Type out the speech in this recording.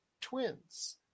twins